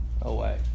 away